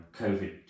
covid